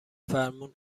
فرمون